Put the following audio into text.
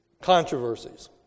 controversies